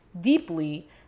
deeply